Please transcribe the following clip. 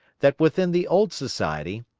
that within the old society,